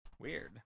Weird